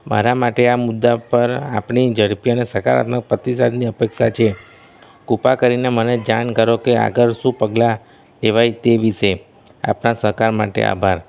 મારા માટે આ મુદ્દા પર આપની ઝડપી અને સકારાત્મક પ્રતિસાદની અપેક્ષા છે કૃપા કરીને મને જાણ કરો કે આગળ શું પગલાં લેવાય તે વિષે આપના સહકાર માટે આભાર